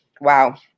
wow